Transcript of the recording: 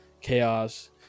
chaos